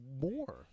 more